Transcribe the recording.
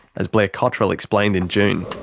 as blair cottrell explained in june.